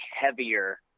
heavier